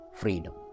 freedom